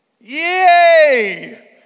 Yay